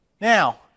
Now